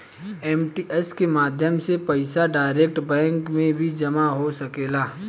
ATM के माध्यम से पईसा डायरेक्ट बैंक में भी जामा हो सकेला